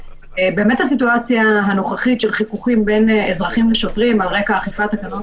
באמת הסיטואציה הנוכחית של חיכוכים בין אזרחים לשוטרים על רקע אכיפת תקנות